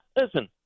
listen